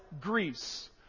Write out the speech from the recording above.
Greece